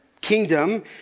kingdom